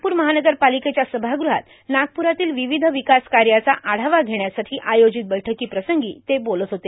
नागपूर महानगरपालिकेच्या सभागृहात नागप्रातील विविध विकास कार्याचा आढावा घेण्यासाठी आयोजित बैठकीप्रसंगी ते बोलत होते